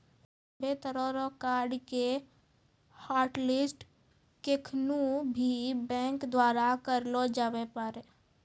सभ्भे तरह रो कार्ड के हाटलिस्ट केखनू भी बैंक द्वारा करलो जाबै पारै